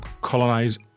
colonize